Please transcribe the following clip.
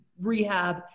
rehab